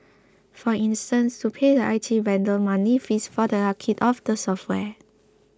for instance to pay the I T vendor monthly fees for the upkeep of the software